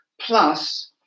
plus